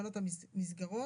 לתקנות המסגרות.